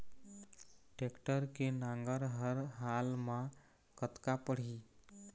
Tractor के नांगर हर हाल मा कतका पड़िही?